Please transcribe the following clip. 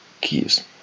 keys